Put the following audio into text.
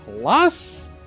plus